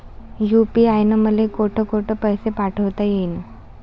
UPI न मले कोठ कोठ पैसे पाठवता येईन?